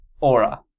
aura